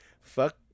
Fuck